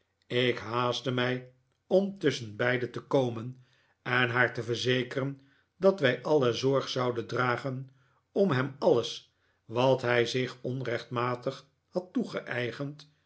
ik haastte mij om tusschenbeide te komen en haar te verzekeren dat wij alle zorg zouden dragen om hem v alles wat hij zich onrechtmatig had toegeeigend